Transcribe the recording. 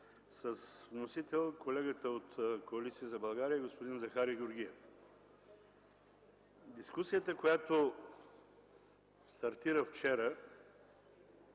с вносител колегата от Коалиция за България господин Захари Георгиев. Дискусията, която стартира вчера,